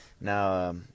Now